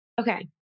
Okay